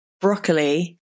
broccoli